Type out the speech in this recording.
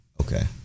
Okay